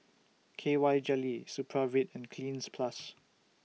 K Y Jelly Supravit and Cleanz Plus